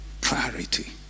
Clarity